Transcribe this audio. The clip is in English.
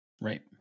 Right